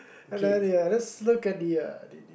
and then the uh let's look at the the